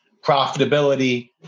profitability